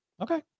Okay